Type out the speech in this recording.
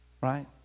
right